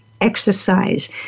exercise